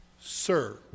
sir